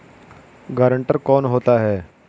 Guarantor कौन होता है?